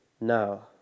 No